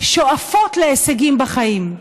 שואפות להישגים בחיים.